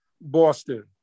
Boston